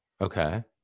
Okay